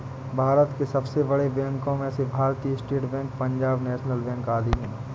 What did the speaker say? भारत के सबसे बड़े बैंको में से भारतीत state bank, Punjab national bank आदि है